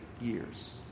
years